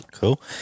Cool